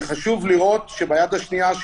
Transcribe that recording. וחשוב לראות שביד השנייה,